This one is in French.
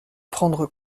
prendre